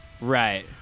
Right